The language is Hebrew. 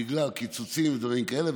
בגלל קיצוצים ודברים כאלה,